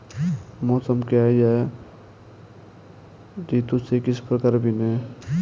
मौसम क्या है यह ऋतु से किस प्रकार भिन्न है?